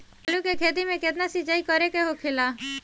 आलू के खेती में केतना सिंचाई करे के होखेला?